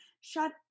Shut